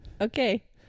Okay